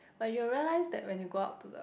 like you will realise that when you go out to the